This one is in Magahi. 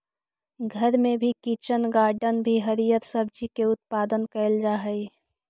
घर में भी किचन गार्डन में हरिअर सब्जी के उत्पादन कैइल जा हई